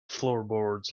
floorboards